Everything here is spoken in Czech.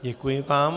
Děkuji vám.